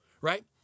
right